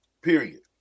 Period